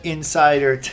Insider